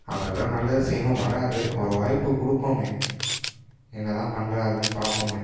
அவர் ஏதோ நல்லது செய்யணும் வரார் ஒரு வாய்ப்பு கொடுப்போமே என்ன தான் பண்ணுறாருன்னு பார்ப்போமே